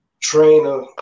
trainer